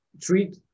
treat